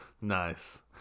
Nice